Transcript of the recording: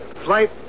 Flight